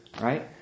right